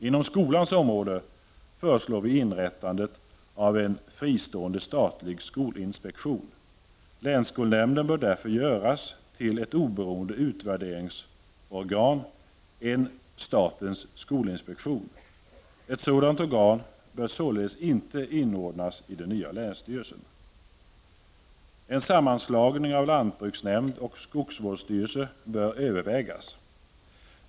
Inom skolans område föreslår vi inrättandet av en fristående statlig skolinspektion. Länsskolnämnden bör därför göras till ett oberoende utvärderingsorgan, en ”statens skolinspektion”. Ett sådant organ bör således inte inordnas i den nya länsstyrelsen. En sammanslagning av lantbruksnämnd och skogsvårdsstyrelse bör övervägas.